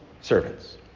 servants